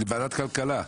לוועדת כלכלה.